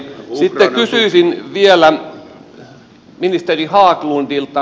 sitten kysyisin vielä ministeri haglundilta